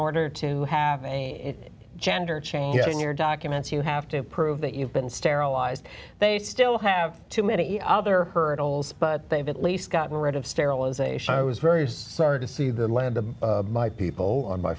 order to have any gender change in your documents you have to prove that you've been sterilized they still have too many other hurdles but they have at least gotten rid of sterilization i was very sorry to see the land of my people on my